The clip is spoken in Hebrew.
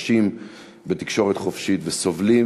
מתקשים בתקשורת חופשית וסובלים